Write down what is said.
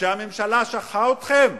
שהממשלה שכחה אתכם?